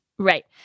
Right